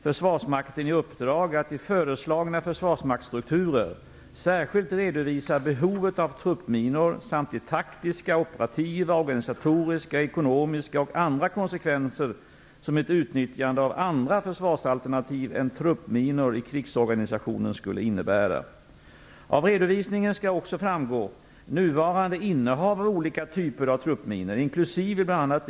Försvarsmakten i uppdrag att i föreslagna försvarsmaktsstrukturer särskilt redovisa behovet av truppminor samt de taktiska, operativa, organisatoriska, ekonomiska och andra konsekvenser som ett utnyttjande av andra försvarsalternativ än truppminor i krigsorganisationen skulle innebära. Av redovisningen skall också framgå nuvarande innehav av olika typer av truppminor inklusive bl.a.